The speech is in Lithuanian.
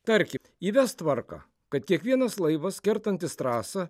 tarkim įves tvarką kad kiekvienas laivas kertantis trasą